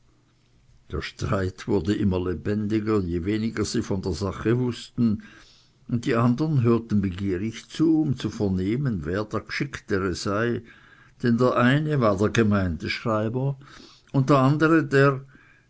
der streit wurde immer lebendiger je weniger sie von der sache wußten und die anwesenden hörten begierig zu um zu vernehmen welcher der gschichter sei denn der eine war der gemeindschreiber und der andere der